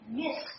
miss